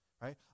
Right